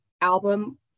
album